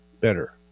better